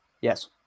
yes